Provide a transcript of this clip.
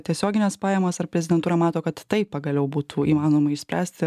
tiesiogines pajamas ar prezidentūra mato kad tai pagaliau būtų įmanoma išspręsti